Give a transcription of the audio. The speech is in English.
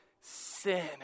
sin